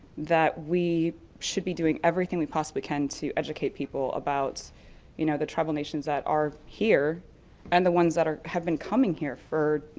that we should be doing everything we possibly can to educate people about you know the tribal nations that are here and the ones that have been coming here for,